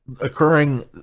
occurring